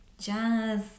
jazz